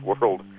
world